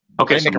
Okay